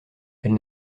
elle